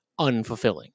unfulfilling